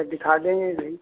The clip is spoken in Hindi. दिखा देंगे भाई